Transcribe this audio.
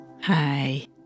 Hi